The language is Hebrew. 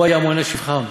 הוא היה מונה שבחן: